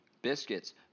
biscuits